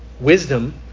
Wisdom